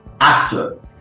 actor